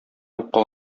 юкка